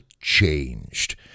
changed